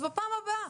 בפעם הבאה.